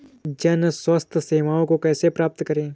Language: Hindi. जन स्वास्थ्य सेवाओं को कैसे प्राप्त करें?